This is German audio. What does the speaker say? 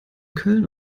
köln